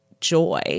joy